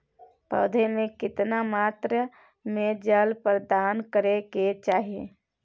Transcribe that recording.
पौधों में केतना मात्रा में जल प्रदान करै के चाही?